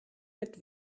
mit